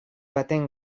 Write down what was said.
baten